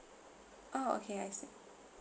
oh okay I see